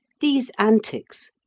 these antics,